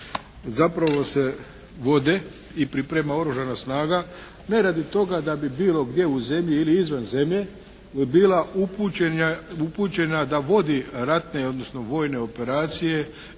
zapravo se vode i priprema oružana snaga ne radi toga da bi bilo gdje u zemlji ili izvan zemlje, bi bila upućena da vodi ratne odnosno vojne operacije